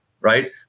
right